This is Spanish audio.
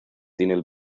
tiene